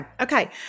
Okay